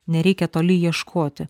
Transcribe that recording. nereikia toli ieškoti